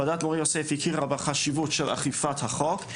ועדת מור-יוסף הכירה בחשיבות של אכיפת החוק.